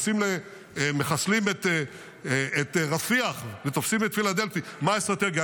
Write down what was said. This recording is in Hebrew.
מחסלים את רפיח ותופסים את פילדלפי, מה האסטרטגיה?